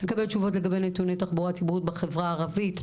לקבל תשובות לגבי נתוני תחבורה ציבורית בחברה הערבית.